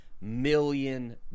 million